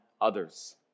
others